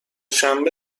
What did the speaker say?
شنبه